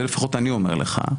זה לפחות אני אומר לך,